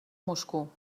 moscou